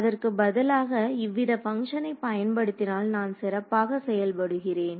அதற்கு பதிலாக இவ்வித பங்க்ஷனை பயன்படுத்தினால் நான் சிறப்பாக செயல்படுகிறேன்